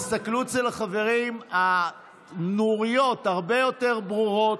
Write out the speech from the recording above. תסתכלו אצל החברים, הנוריות הרבה יותר ברורות,